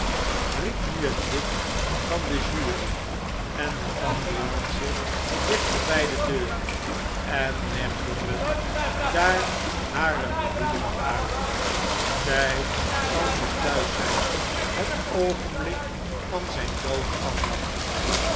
riep nu het lid van de jury en la vengeance dichter bjj de deur en legde hun daar hare bedoelingen uit b zij zal nu thuis zjjn het oogenblik van zijn dood afwachtende